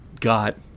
got